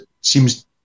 seems